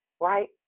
right